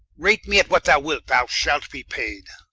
rate me at what thou wilt, thou shalt be payed